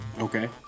okay